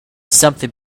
something